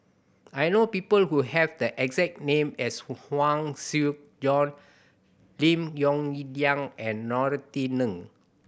I know people who have the exact name as Huang Shi Joan Lim Yong Liang and Norothy Ng